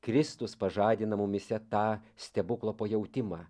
kristus pažadina mumyse tą stebuklo pajautimą